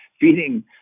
feeding